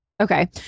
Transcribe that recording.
Okay